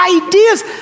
ideas